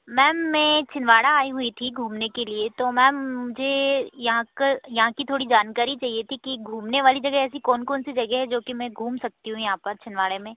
ma'am मैं छिंदवाड़ा आई हुई थी घूमने के लिए तो मैम मुझे यहाँ का यहाँ की थोड़ी जानकारी चाहिए थी कि घूमने वाली जगह ऐसी कौन कौन सी जगह है जो कि मैं घूम सकती हूँ यहाँ पर छिंदवाड़ा में